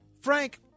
Frank